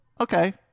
okay